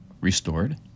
restored